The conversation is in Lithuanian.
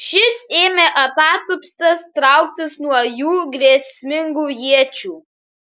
šis ėmė atatupstas trauktis nuo jų grėsmingų iečių